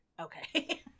Okay